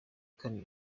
kandi